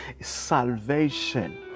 salvation